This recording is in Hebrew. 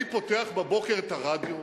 אני פותח בבוקר את הרדיו,